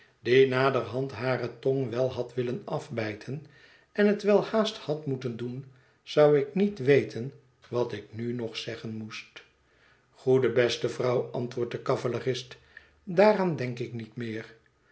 die naderhand hare tong wel had willen afbijten en het wel haast had moeten doen zou ik niet weten wat ik nu nog zeggen moest goede beste vrouw antwoordt de cavalerist daaraan denk ik niet meer